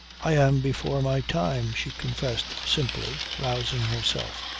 i am before my time, she confessed simply, rousing herself.